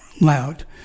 loud